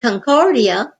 concordia